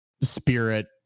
spirit